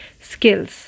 skills